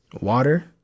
water